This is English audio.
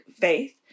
faith